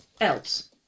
else